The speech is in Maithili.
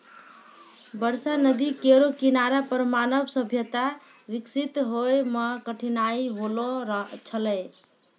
बरसा नदी केरो किनारा पर मानव सभ्यता बिकसित होय म कठिनाई होलो छलै